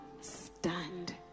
stand